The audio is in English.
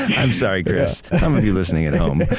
i'm sorry chris. some of you listening at home. i